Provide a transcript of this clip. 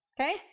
Okay